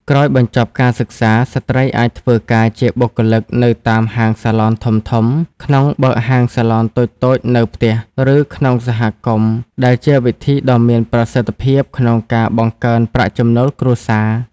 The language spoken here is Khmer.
ក្រោយបញ្ចប់ការសិក្សា ស្ត្រីអាចធ្វើការជាបុគ្គលិកនៅតាមហាងសាឡនធំៗ ក្នុងបើកហាងសាឡនតូចៗនៅផ្ទះ ឬក្នុងសហគមន៍ ដែលជាវិធីដ៏មានប្រសិទ្ធភាពក្នុងការបង្កើនប្រាក់ចំណូលគ្រួសារ។